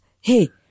hey